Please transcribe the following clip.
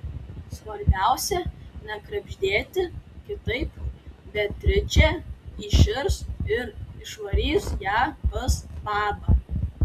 svarbiausia nekrebždėti kitaip beatričė įširs ir išvarys ją pas babą